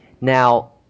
now